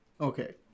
okay